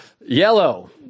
Yellow